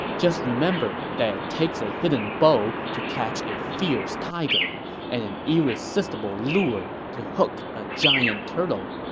just remember that it takes a hidden bow to catch a fierce tiger and an irresistible lure to hook a giant turtle.